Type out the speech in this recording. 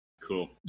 Cool